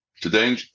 Today